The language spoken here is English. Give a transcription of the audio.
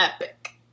epic